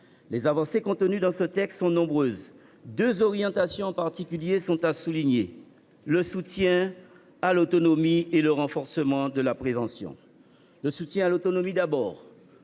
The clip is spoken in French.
Les avancées contenues dans ce texte sont nombreuses. Deux orientations, en particulier, sont à souligner : le soutien à l’autonomie et le renforcement de la prévention. Sur le soutien à l’autonomie,